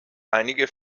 einige